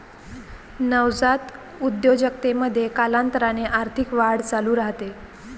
नवजात उद्योजकतेमध्ये, कालांतराने आर्थिक वाढ चालू राहते